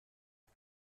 فکر